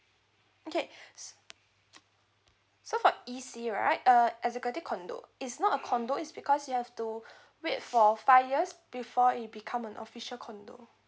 okay so for E_C right uh executive condo it's not a condo it's because you have to wait for five years before it become an official condo